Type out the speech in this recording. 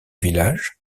village